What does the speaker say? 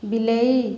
ବିଲେଇ